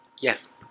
Yes